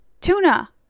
tuna